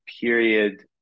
period